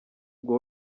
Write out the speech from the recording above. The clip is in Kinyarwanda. ubwo